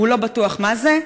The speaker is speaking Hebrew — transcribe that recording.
"והוא לא בטוח מה זה,